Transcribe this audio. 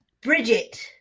Bridget